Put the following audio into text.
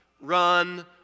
run